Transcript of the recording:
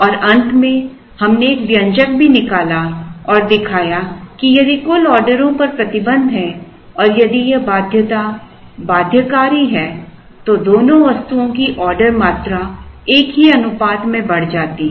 और अंत में हमने एक व्यंजक भी निकाला और दिखाया कि यदि कुल ऑर्डरों पर प्रतिबंध है और यदि वह बाध्यता बाध्यकारी है तो दोनों वस्तुओं की ऑर्डर मात्रा एक ही अनुपात में बढ़ जाती है